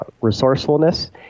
resourcefulness